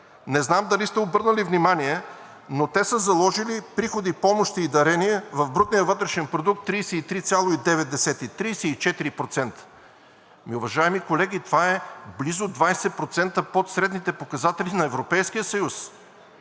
Не знам дали сте обърнали внимание, но те са заложили 33,9% – 34% приходи, помощи и дарения в брутния вътрешен продукт. Уважаеми колеги, ами това е близо 20% под средните показатели на Европейския съюз!